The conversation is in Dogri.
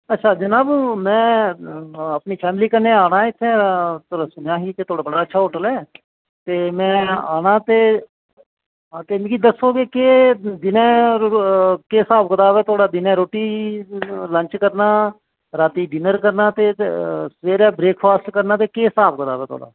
अच्छा जनाब में अपनी फैमिली कन्नै आना इत्थें ते सुनेआ ही की थुआढ़ा बड़ा अच्छा होटल ऐ ते में आना ते मिगी दस्सो कि केह् स्हाब कताब ऐ दिनें रुट्टी लंच करना रातीं डिनर करना ते सबेरै ब्रेकफॉस्ट करना केह् स्हाब कताब ऐ तेरा